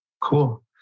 Cool